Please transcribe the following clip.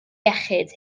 iechyd